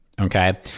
Okay